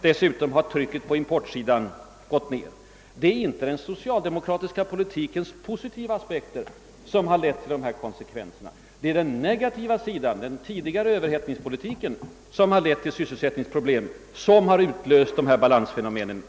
Dess utom har trycket på importsidan dämpats. Det är inte den socialdemokratiska politikens positiva inverkan som har lett till dessa konsekvenser; det är den negativa — den tidigare överhettningspolitiken — som har bidragit till de sysselsättningsproblem, vilka i sin tur utlöst förbättringen i olika hänseenden.